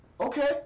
Okay